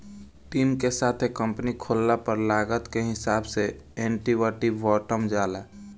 team के साथे company खोलला पर लागत के हिसाब से इक्विटी बॉटल जाला